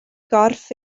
gorff